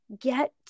get